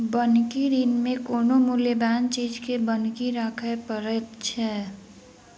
बन्हकी ऋण मे कोनो मूल्यबान चीज के बन्हकी राखय पड़ैत छै